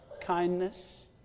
Kindness